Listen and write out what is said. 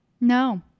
No